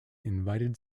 invited